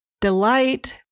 delight